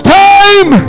time